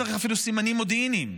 זאת הרשות הפלסטינית,